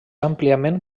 àmpliament